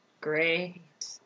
Great